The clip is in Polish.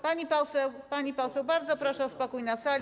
Pani poseł, pani poseł, bardzo proszę o spokój na sali.